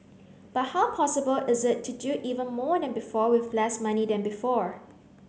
but how possible is it to do even more than before with less money than before